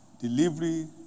Delivery